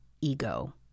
ego